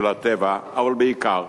של הטבע, אבל בעיקר